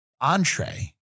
entree